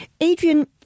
Adrian